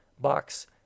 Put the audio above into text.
box